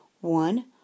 one